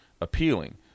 appealing